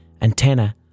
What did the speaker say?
antenna